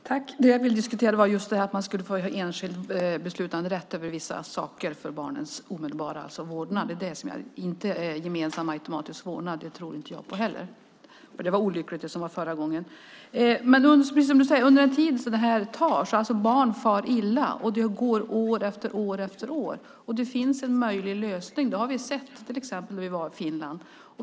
Fru talman! Det jag ville diskutera var just detta att man ska få enskild beslutanderätt över vissa saker när det gäller barnets omedelbara vårdnad. Automatisk gemensam vårdnad tror inte jag heller på, och det som beslutades förra gången var olyckligt. Precis som Maria Kornevik Jakobsson säger far barn illa under den tid som det här tar. År efter år går, men det finns en möjlig lösning. Det såg vi exempel på när vi var i Finland.